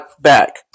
back